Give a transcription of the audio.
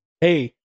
hey